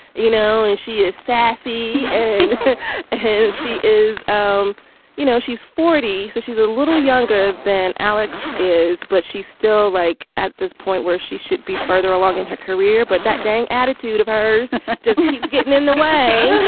you know, and she is sassy. here and she is. um you know, she's forty. so she's a little younger than alex is. but she's still like at this point where she should be further along in her career. but that dang attitude of ours doesn't getting in the way